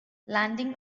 landing